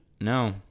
No